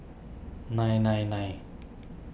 nine nine nine